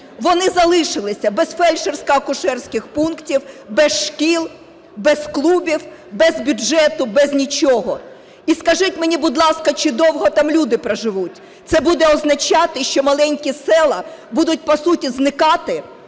вони залишилися без фельдшерсько-акушерських пунктів, без шкіл, без клубів, без бюджету, без нічого. І скажіть мені, будь ласка, чи довго там люди проживуть? Це буде означати, що маленькі села будуть по суті зникати,